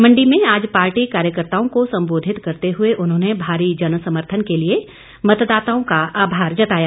मंडी में आज पार्टी कार्यकर्ताओं को संबोधित करते हुए उन्होंने भारी जनसमर्थन के लिए मतदाताओं का आभार जताया